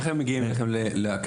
איך הם מגיעים אליכם לאקדמיה?